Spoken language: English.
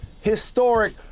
historic